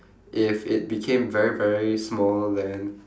if it became very very small then